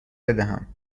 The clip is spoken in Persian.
بدهم